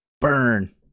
Burn